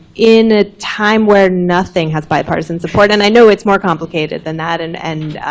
in a time when nothing has bipartisan support. and i know it's more complicated than that. and and